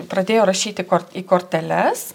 pradėjo rašyti į korteles